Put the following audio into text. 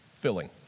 filling